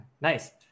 nice